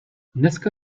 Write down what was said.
dneska